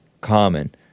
common